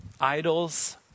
Idols